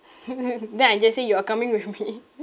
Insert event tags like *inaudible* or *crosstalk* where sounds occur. *laughs* then I just say you are coming with me *laughs*